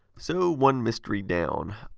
so, one mystery down.